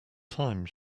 thyme